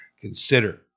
consider